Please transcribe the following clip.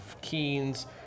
keens